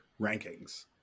rankings